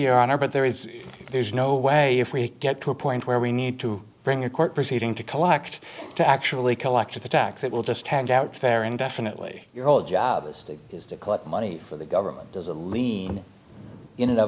your honor but there is there's no way if we get to a point where we need to bring a court proceeding to collect to actually collect the tax it will just hand out fair indefinitely your old job is to collect money for the government does a lean in